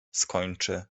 skończy